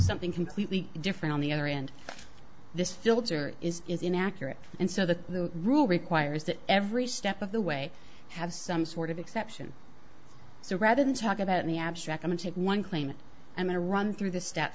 something completely different on the other and this filter is is inaccurate and so the rule requires that every step of the way have some sort of exception so rather than talk about in the abstract i mean take one claim and i run through the steps